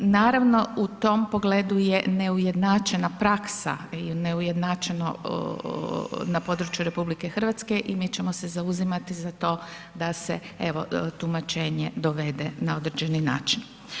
Naravno, u tom pogledu je neujednačena praksa i neujednačeno na području RH i mi ćemo se zauzimati za to da se evo, tumačenje dovede na određeni način.